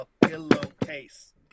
pillowcase